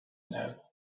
know